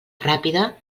ràpida